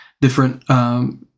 different